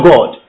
God